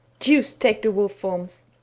deuce take the wolf-forms!